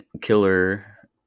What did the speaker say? killer